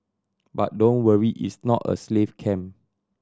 but don't worry its not a slave camp